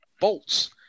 bolts